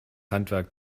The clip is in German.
handwerk